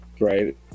right